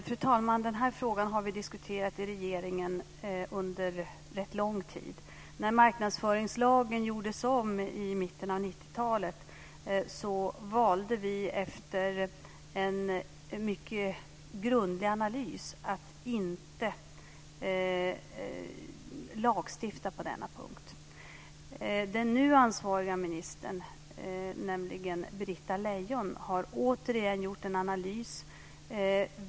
Fru talman! Vi har diskuterat den frågan i regeringen under rätt lång tid. När marknadsföringslagen gjordes om i mitten av 90-talet valde vi efter en mycket grundlig analys att inte lagstifta på denna punkt. Den nu ansvariga ministern Britta Lejon har återigen gjort en analys.